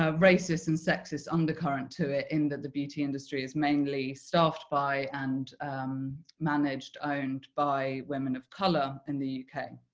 racist and sexist under-current to it in that the beauty industry is mainly staffed by and managed, owned by women of colour in the uk.